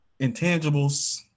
intangibles